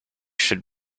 should